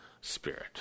spirit